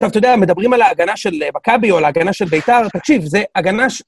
טוב, אתה יודע, מדברים על ההגנה של מכבי או על ההגנה של ביתר, תקשיב, זה הגנה...